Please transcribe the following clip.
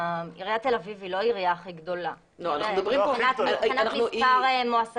עיריית תל אביב היא לא העירייה הכי גדולה מבחינת מספר המועסקים.